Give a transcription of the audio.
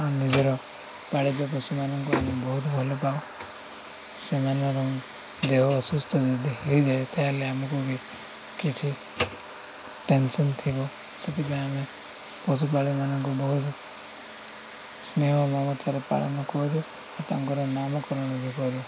ଆଉ ନିଜର ପାଳିତ ପଶୁମାନଙ୍କୁ ଆମେ ବହୁତ ଭଲ ପାଉ ସେମାନର ଦେହ ଅସୁସ୍ଥ ଯଦି ହେଇଯାଏ ତାହେଲେ ଆମକୁ ବି କିଛି ଟେନସନ୍ ଥିବ ସେଥିପାଇଁ ଆମେ ପଶୁପାଳିତମାନଙ୍କୁ ବହୁତ ସ୍ନେହ ମମତାରେ ପାଳନ କରୁ ଆଉ ତାଙ୍କର ନାମକରଣ ବି କରୁ